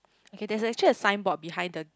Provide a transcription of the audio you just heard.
okay there's actually a signboard behind the